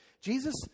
Jesus